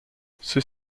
ceux